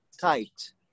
tight